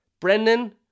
Brendan